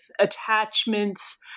attachments